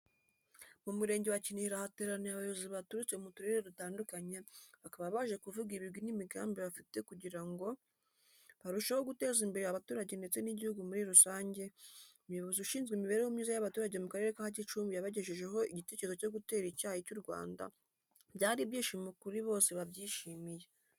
Mu Murenge wa Kinihira hateraniye abayobozi baturutse mu turere dutandukanye, bakaba baje kuvuga ibigwi n'imigambi bafite kugira ngo barusheho guteza imbere abaturage ndetse n'igihugu muri rusange, umuyobozi ushinzwe imibereho myiza y'abaturage mu Karere ka Gicumbi yabagejejeho igitekerezo cyo gutera icyayi cy'u Rwanda, byari ibyishimo kuko bose babyishimiye.